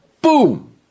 boom